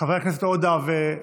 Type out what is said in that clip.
חברי הכנסת עודה וטיבי,